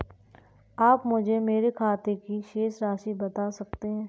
आप मुझे मेरे खाते की शेष राशि बता सकते हैं?